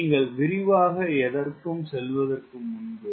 நீங்கள் விரிவாக எதற்கும் செல்வதற்கு முன்பு